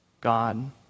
God